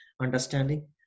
understanding